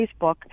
Facebook